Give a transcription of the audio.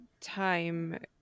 time